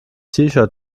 shirt